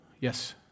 Yes